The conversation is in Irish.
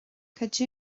cad